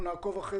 אתם עוסקים בזה